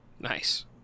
Nice